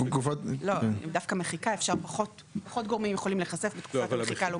דווקא פחות גורמים יכולים להיחשף בתקופת המחיקה.